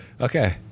Okay